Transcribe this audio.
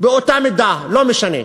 באותה מידה, לא משנה.